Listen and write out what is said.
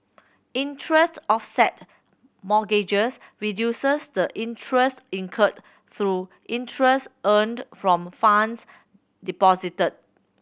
interest offset mortgages reduces the interest incurred through interest earned from funds deposited